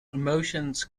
emotions